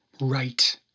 right